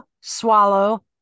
swallow